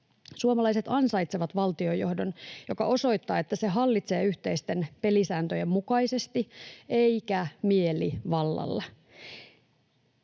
Suomalaiset ansaitsevat valtiojohdon, joka osoittaa, että se hallitsee yhteisten pelisääntöjen mukaisesti eikä mielivallalla.